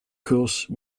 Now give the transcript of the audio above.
course